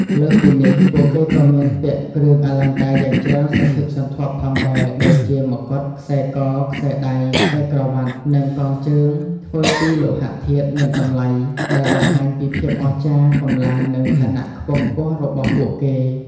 លើសពីនេះ ពួកគេក៏មានពាក់គ្រឿងអលង្ការយ៉ាងច្រើនសន្ធឹកសន្ធាប់ផងដែរ ដូចជា មកុដ ខ្សែក ខ្សែដៃ ខ្សែក្រវាត់ និងកងជើងធ្វើពីលោហៈធាតុមានតម្លៃ ដែលបង្ហាញពីភាពអស្ចារ្យ កម្លាំង និងឋានៈខ្ពង់ខ្ពស់របស់ពួកគេ។